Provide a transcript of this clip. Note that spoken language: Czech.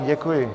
Děkuji.